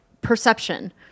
perception